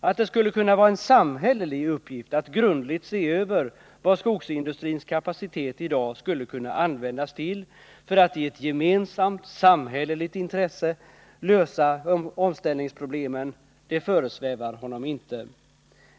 Att det skulle kunna vara en samhällelig uppgift att grundligt se över vad skogsindustrins kapacitet i dag skulle kunna användas till för att i ett gemensamt samhälleligt intresse lösa omställningsproblemen föresvävar honom inte.